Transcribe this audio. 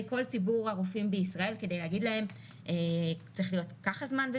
כל ציבור הרופאים בישראל כדי לומר להם שצריך להיות זמן מסוים